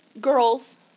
girls